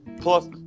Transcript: Plus